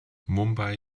mumbai